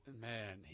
Man